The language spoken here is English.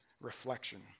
reflection